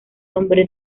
hombre